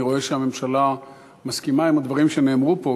אני רואה שהממשלה מסכימה לדברים שנאמרו פה,